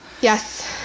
Yes